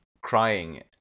crying